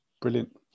Brilliant